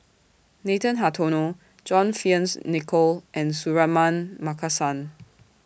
Nathan Hartono John Fearns Nicoll and Suratman Markasan